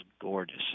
gorgeous